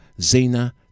Zena